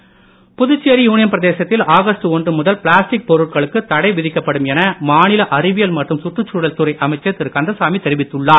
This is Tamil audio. பிளாஸ்டிக் தடை புதுச்சேரி யூனியன் பிரதேசத்தில் ஆகஸ்ட் ஒன்று முதல் பிளாஸ்டிக் பொருட்களுக்கு தடை விதிக்கப்படும் என மாநில அறிவியல் மற்றும் சுற்றுச்சூழல் துறை அமைச்சர் திரு கந்தசாமி தெரிவித்துள்ளார்